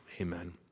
amen